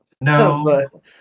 No